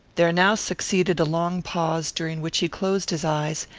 there now succeeded a long pause, during which he closed his eyes,